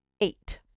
eight